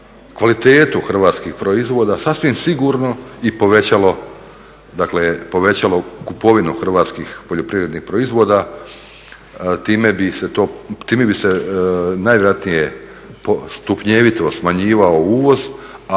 kvalitetu hrvatskih proizvoda sasvim sigurno i povećalo kupovinu hrvatskih poljoprivrednih proizvoda. Time bi se najvjerojatnije stupnjevito smanjivao uvoz,